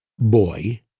boy